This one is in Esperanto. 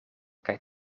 kaj